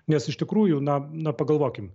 nes iš tikrųjų na na pagalvokim